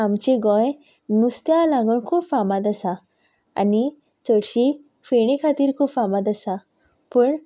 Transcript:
आमचें गोंय नुस्त्या लागून खूब फामाद आसा आनी चडशीं फेणी खातीर खूब फामाद आसा पूण